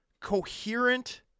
coherent